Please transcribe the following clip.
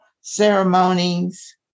ceremonies